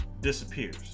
disappears